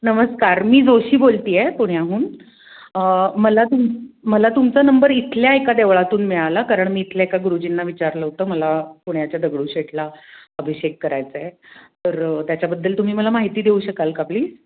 नमस्कार मी जोशी बोलते आहे पुण्याहून मला तुम मला तुमचा नंबर इथल्या एका देवळातून मिळाला कारण मी इथल्या एका गुरुजींना विचारलं होतं मला पुण्याच्या दगडूशेठला अभिषेक करायचा आहे तर त्याच्याबद्दल तुम्ही मला माहिती देऊ शकाल का प्लीज